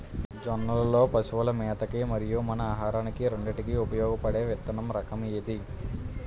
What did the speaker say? జొన్నలు లో పశువుల మేత కి మరియు మన ఆహారానికి రెండింటికి ఉపయోగపడే విత్తన రకం ఏది?